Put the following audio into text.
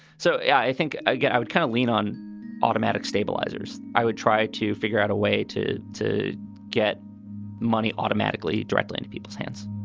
so, yeah, i think i guess i would kind of lean on automatic stabilizers i would try to figure out a way to to get money automatically directly into people's hands